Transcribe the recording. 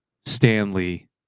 Stanley